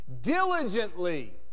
Diligently